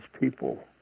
people